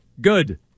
good